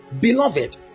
beloved